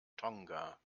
tonga